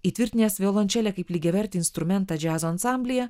įtvirtinęs violončelę kaip lygiavertį instrumentą džiazo ansamblyje